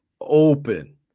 open